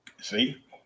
See